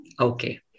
Okay